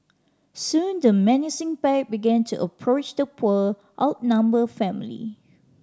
soon the menacing pack began to approach the poor outnumbered family